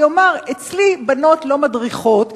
ויאמר: אצלי בנות לא מדריכות,